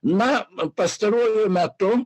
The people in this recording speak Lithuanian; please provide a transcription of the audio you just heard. na pastaruoju metu